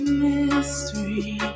mystery